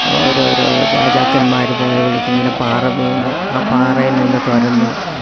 ഓരോ ഓരോ രാജാക്കന്മാരും പോയ വഴിക്ക് ഇങ്ങനെ പാറ വീണ് ആ പാറയിൽ നിന്ന് തുരന്ന്